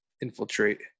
infiltrate